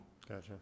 Gotcha